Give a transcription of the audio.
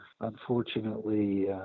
unfortunately